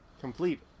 complete